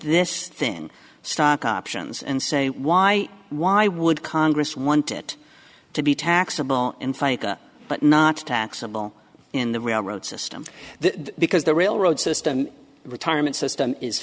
this thing stock options and say why why would congress want it to be taxable and fake but not taxable in the railroad system that because the railroad system retirement system is